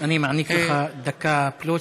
אני מעניק לך דקה פלוס,